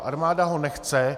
Armáda ho nechce.